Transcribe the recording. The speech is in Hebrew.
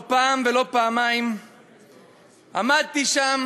לא פעם ולא פעמיים עמדתי שם,